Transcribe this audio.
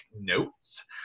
notes